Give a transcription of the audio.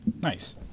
nice